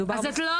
מדובר --- את לא